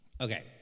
Okay